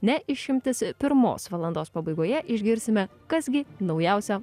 ne išimtis pirmos valandos pabaigoje išgirsime kas gi naujausio